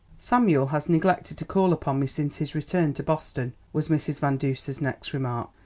samuel has neglected to call upon me since his return to boston, was mrs. van duser's next remark,